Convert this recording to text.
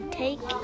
take